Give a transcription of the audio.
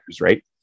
right